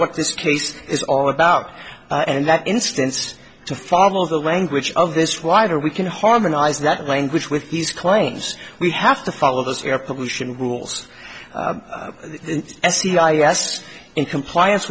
what this case is all about and that instance to follow the language of this wider we can harmonize that language with these claims we have to follow those air pollution rules as c i s in compliance